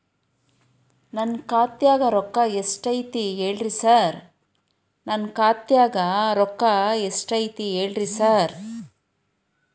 ನನ್ ಖಾತ್ಯಾಗ ರೊಕ್ಕಾ ಎಷ್ಟ್ ಐತಿ ಹೇಳ್ರಿ ಸಾರ್?